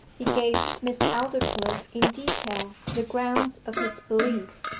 he gave miss aldclyffe in detail the grounds of his belief.